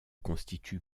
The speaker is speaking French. constitue